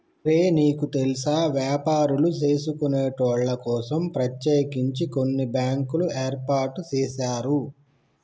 ఒరే నీకు తెల్సా వ్యాపారులు సేసుకొనేటోళ్ల కోసం ప్రత్యేకించి కొన్ని బ్యాంకులు ఏర్పాటు సేసారు